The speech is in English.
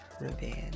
Revenge